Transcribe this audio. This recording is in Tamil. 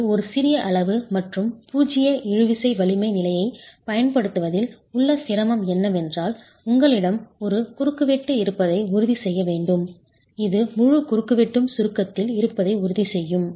இது ஒரு சிறிய அளவு மற்றும் பூஜ்ஜிய இழுவிசை வலிமை நிலையைப் பயன்படுத்துவதில் உள்ள சிரமம் என்னவென்றால் உங்களிடம் ஒரு குறுக்குவெட்டு இருப்பதை உறுதிசெய்ய வேண்டும் இது முழு குறுக்குவெட்டும் சுருக்கத்தில் இருப்பதை உறுதி செய்யும்